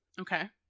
Okay